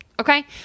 Okay